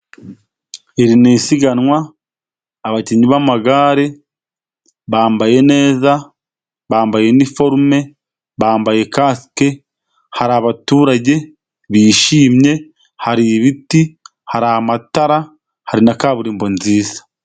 Iri ni isiganwa abakinnyi b'amagare bambaye neza bambaye iniforume bambaye kasike hari abaturage bishimye, hari ibiti, hari amatara, hari na kaburimbo nziza.